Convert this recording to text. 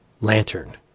lantern